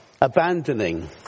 abandoning